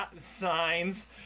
signs